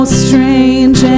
strange